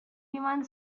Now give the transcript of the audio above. ливан